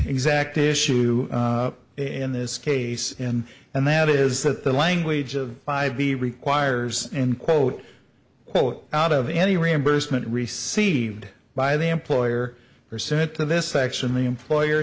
exact issue in this case and and that is that the language of five b requires in quote quote out of any reimbursement received by the employer or sent to this action the employer